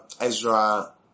ezra